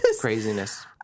Craziness